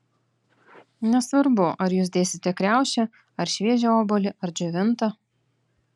nesvarbu ar jūs dėsite kriaušę ar šviežią obuolį ar džiovintą